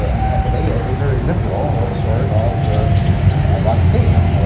ah unhappily a very liberal ah sort of ah of occupation.